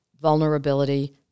vulnerability